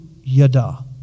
yada